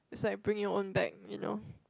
it's like bring your own bag you know